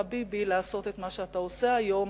ביבי לעשות אז את מה שאתה עושה היום,